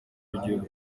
w’ibihugu